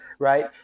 Right